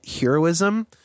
heroism